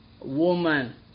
Woman